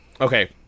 Okay